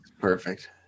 Perfect